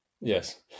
Yes